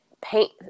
paint